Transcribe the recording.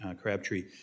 Crabtree